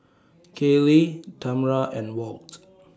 Kaylee Tamra and Walt